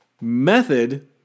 method